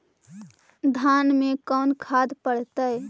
धान मे कोन खाद पड़तै?